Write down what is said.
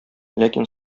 ләкин